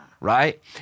right